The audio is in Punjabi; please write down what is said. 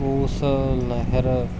ਉਸ ਲਹਿਰ